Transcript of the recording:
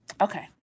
Okay